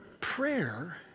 Prayer